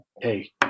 Hey